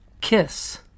Kiss